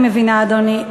אני מבינה, אדוני.